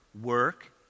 work